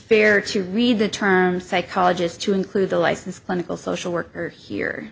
fair to read the term psychologist to include the licensed clinical social worker here